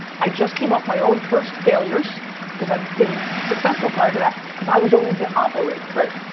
i just came off my own first failures because i'd been successful prior to that because i was always the operator right.